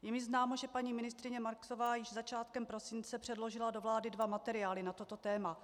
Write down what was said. Je mi známo, že paní ministryně Marksová již začátkem prosince předložila do vlády dva materiály na toto téma.